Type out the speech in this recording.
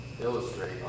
illustrate